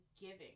giving